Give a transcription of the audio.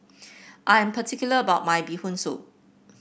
I am particular about my Bee Hoon Soup